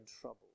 trouble